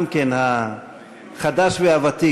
גם כן החדש והוותיק,